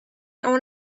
own